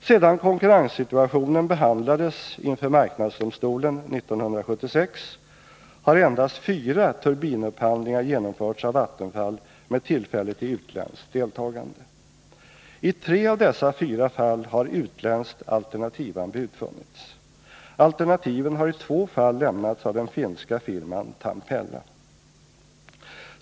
Sedan konkurrenssituationen behandlades inför Marknadsdomstolen 1976 har endast fyra turbinupphandlingar genomförts av Vattenfall med tillfälle till utländskt deltagande. I tre av dessa fyra fall har utländskt alternativanbud funnits. Alternativen har i två fall lämnats av den finska firman Tampella.